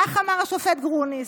כך אמר השופט גרוניס.